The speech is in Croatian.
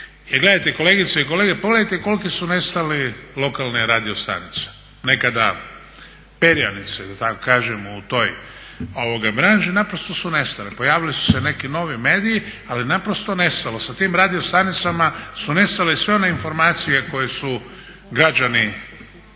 I gledajte kolegice i kolege, pogledajte koliko su nestale lokalne radio stanice, nekada Perjanice da tako kažem u toj mranži naprosto su nestale, pojavili su se neki novi mediji, ali naprosto nestalo. Sa tim radio stanicama su nestale sve one informacije koje su građani